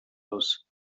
aus